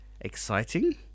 exciting